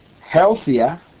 healthier